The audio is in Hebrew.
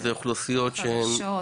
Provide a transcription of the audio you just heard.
שהן אוכלוסיות חלשות.